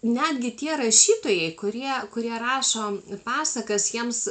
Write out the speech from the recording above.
netgi tie rašytojai kurie kurie rašo pasakas jiems